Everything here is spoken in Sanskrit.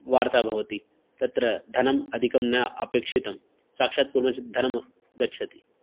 वार्ता भवति तत्र धनं अधिकं न अपेक्षितं साक्षात् कुर्मश्चेत् धनं गच्छति